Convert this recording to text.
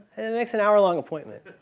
it makes an hour long appointment.